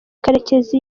karekezi